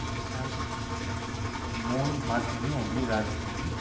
विकासको मोल माध्यम नै हामीले राजनीति